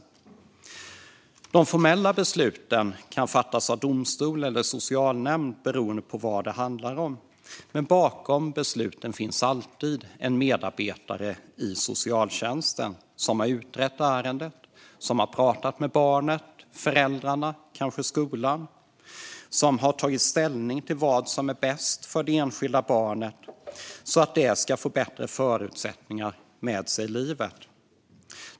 De formella besluten kan fattas av domstol eller socialnämnd beroende på vad det handlar om, men bakom besluten finns alltid en medarbetare i socialtjänsten som har utrett ärendet, har pratat med barnet, föräldrarna och kanske skolan och har tagit ställning till vad som är bäst för att det enskilda barnet ska få bättre förutsättningar med sig i livet.